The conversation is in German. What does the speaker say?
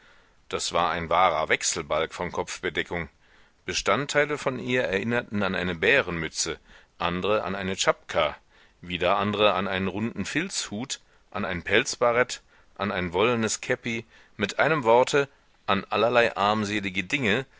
das war ein wahrer wechselbalg von kopfbedeckung bestandteile von ihr erinnerten an eine bärenmütze andre an eine tschapka wieder andre an einen runden filzhut an ein pelzbarett an ein wollnes käppi mit einem worte an allerlei armselige dinge